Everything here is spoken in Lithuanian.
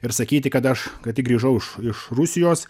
ir sakyti kad aš ką tik grįžau iš iš rusijos